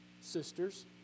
sisters